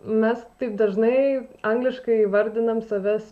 mes taip dažnai angliškai įvardinam save